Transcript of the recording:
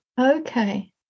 Okay